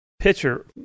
pitcher